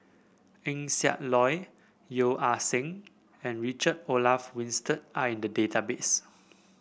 Eng Siak Loy Yeo Ah Seng and Richard Olaf Winstedt are in the database